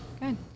good